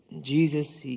Jesus